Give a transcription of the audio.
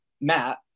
Matt